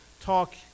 talk